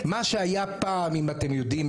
שהיה פעם אם אתם יודעים,